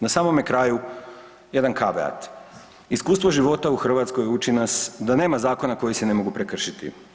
Na samome kraju jedan … Iskustvo života u Hrvatskoj uči nas da nema zakona koji se ne mogu prekršiti.